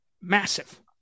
massive